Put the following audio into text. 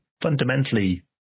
fundamentally